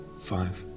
five